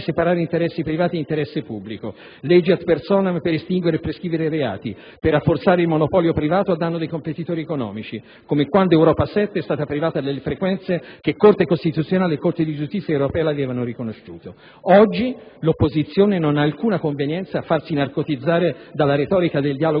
separare interessi privati e interesse pubblico, leggi *ad personam* per estinguere e prescrivere reati, per rafforzare il monopolio privato a danno dei competitori economici, come quando Europa 7 è stata privata delle frequenze che Corte costituzionale italiana e Corte di giustizia europea le avevano riconosciuto. Oggi l'opposizione non ha alcuna convenienza a farsi narcotizzare dalla retorica del dialogo